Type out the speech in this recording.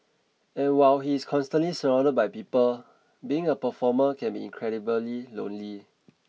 and while he is constantly surrounded by people being a performer can be incredibly lonely